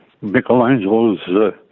Michelangelo's